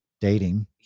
Dating